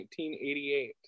1988